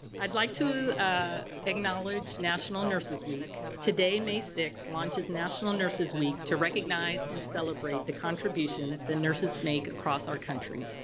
i'd like to ah acknowledge national nurses week. today may sixth launches national nurses week to recognize and celebrate the contributions the nurses make across our country.